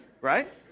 right